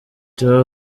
theo